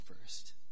first